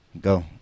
Go